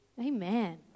Amen